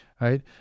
right